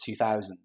2000